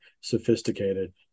sophisticated